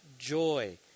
Joy